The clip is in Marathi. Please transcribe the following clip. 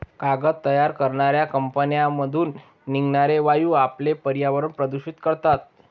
कागद तयार करणाऱ्या कंपन्यांमधून निघणारे वायू आपले पर्यावरण प्रदूषित करतात